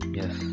yes